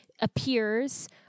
appears